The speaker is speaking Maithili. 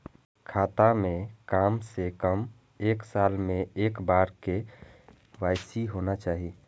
खाता में काम से कम एक साल में एक बार के.वाई.सी होना चाहि?